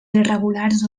irregulars